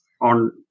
on